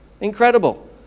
Incredible